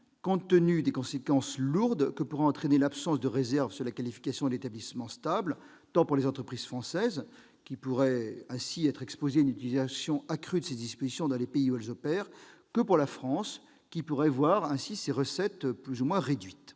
compte tenu des conséquences lourdes que pourrait entraîner l'absence de réserve sur la qualification de l'établissement stable, tant pour les entreprises françaises, qui pourraient ainsi être exposées à une utilisation accrue de ces dispositions dans les pays où elles opèrent, que pour la France, qui pourrait voir ses recettes plus ou moins réduites.